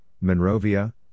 Monrovia